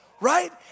right